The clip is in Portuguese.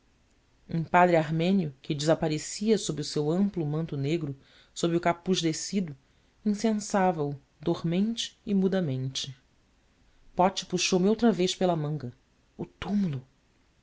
um padre armênio que desaparecia sob o seu amplo manto negro sob o capuz descido incensava o dormente e mudamente pote puxou me outra vez pela manga o túmulo